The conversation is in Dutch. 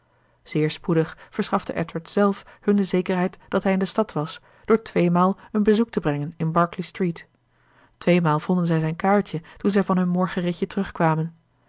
zeer spoedig verschafte edward zelf hun de zekerheid dat hij in de stad was door tweemaal een bezoek te brengen in berkeley street tweemaal vonden zij zijn kaartje toen zij van hun morgenritje terugkwamen